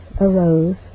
arose